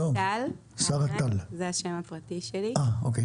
השם הפרטי שלי הוא שרה טל.